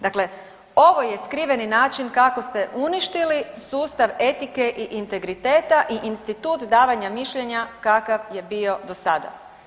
Dakle, ovo je skriveni način kako ste uništili sustav etike i integriteta i institut davanja mišljenja kakav je bio do sada.